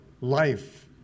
life